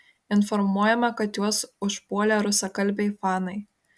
informuojama kad juos užpuolė rusakalbiai fanai